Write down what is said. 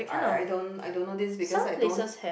I I don't I don't know this because I don't